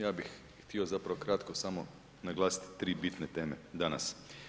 Ja bih htio zapravo kratko samo naglasiti tri bitne teme danas.